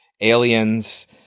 Aliens